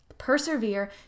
persevere